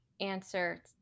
answer